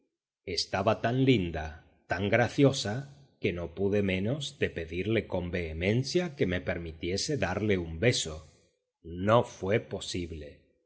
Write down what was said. estaba tan linda tan graciosa que no pude menos de pedirle con vehemencia que me permitiese darla un beso no fue posible